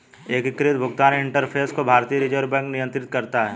एकीकृत भुगतान इंटरफ़ेस को भारतीय रिजर्व बैंक नियंत्रित करता है